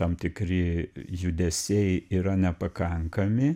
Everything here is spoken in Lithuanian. tam tikri judesiai yra nepakankami